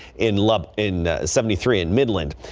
in love in seventy three in midland.